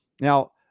Now